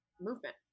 movement